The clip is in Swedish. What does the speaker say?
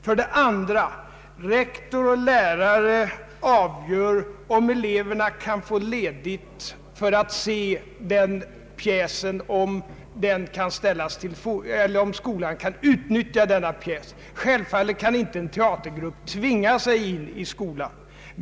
För det andra avgör rektor och lärare om eleverna kan få ledigt för att se en pjäs som man anser sig kunna uppföra. Självfallet kan inte en teatergrupp tvinga sig in i skolan.